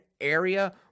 area